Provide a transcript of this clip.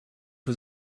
was